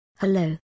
Hello